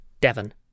Devon